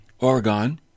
Oregon